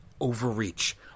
Overreach